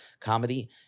comedy